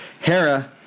Hera